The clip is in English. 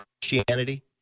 Christianity